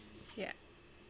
ya